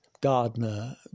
Gardner